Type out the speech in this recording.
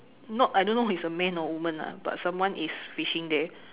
not I don't know is a man or woman ah but someone is fishing there